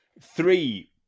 three